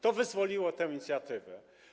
To wyzwoliło tę inicjatywę.